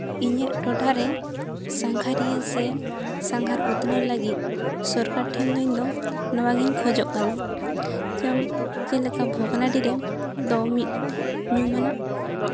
ᱤᱧᱟᱹᱜ ᱴᱚᱴᱷᱟᱨᱮ ᱥᱟᱸᱜᱷᱟᱨᱤᱭᱟᱹ ᱥᱮ ᱥᱟᱸᱜᱷᱟᱨ ᱩᱛᱱᱟᱹᱣ ᱞᱟᱹᱜᱤᱫ ᱥᱚᱨᱠᱟᱨ ᱴᱷᱮᱱ ᱫᱚ ᱤᱧ ᱫᱚ ᱱᱚᱣᱟ ᱜᱮᱧ ᱠᱷᱚᱡᱚᱜ ᱠᱟᱱᱟ ᱪᱮᱫ ᱞᱮᱠᱟ ᱵᱷᱚᱜᱽᱱᱟᱰᱤ ᱨᱮᱫᱚ ᱢᱤᱫ ᱧᱩᱢ ᱟᱱᱟᱜ